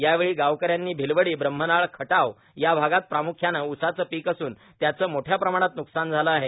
यावेळी गावकऱ्यांनी भिलवडीए ब्रम्हनाळए खटाव या भागात प्राम्ख्यानं ऊसाचं पिक असून त्याचं मोठ्या प्रमाणात न्कसान झालं आहे